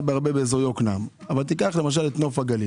הרבה באזור יקנעם אבל למשל נוף הגליל